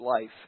life